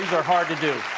are hard to do.